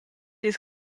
ils